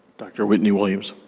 dr. whitney williams.